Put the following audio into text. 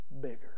bigger